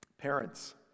Parents